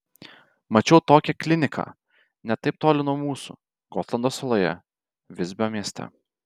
mačiau tokią kliniką ne taip toli nuo mūsų gotlando saloje visbio mieste